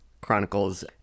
chronicles